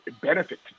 benefit